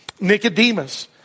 Nicodemus